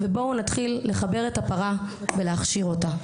ובואו נתחיל לחבר את הפרה ולהכשיר אותה.